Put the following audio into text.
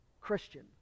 Christian